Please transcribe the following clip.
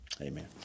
Amen